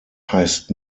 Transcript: heißt